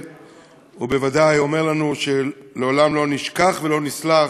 בוודאי אומר לנו שלעולם לא נשכח ולא נסלח,